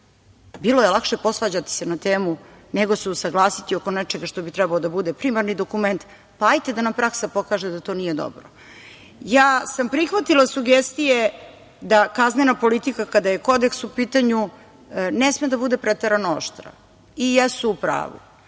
bilo je lakše posvađati se na temu nego se usaglasiti oko nečega što bi trebalo da bude primarni dokument, pa ajte da nam praksa pokaže da to nije dobro. Prihvatila sam sugestije da kaznena politika, kada je kodeks u pitanju ne sme da bude preterano oštra i jesu u pravu,